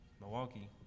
Milwaukee